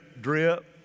drip